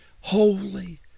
holy